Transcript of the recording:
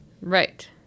Right